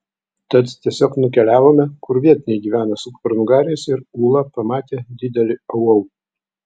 tad tiesiog nukeliavome kur vietiniai gyvena su kupranugariais ir ūla pamatė didelį au au